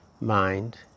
mind